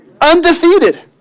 Undefeated